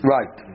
Right